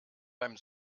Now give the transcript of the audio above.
beim